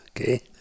Okay